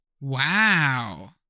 Wow